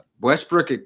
Westbrook